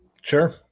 Sure